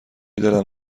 دلم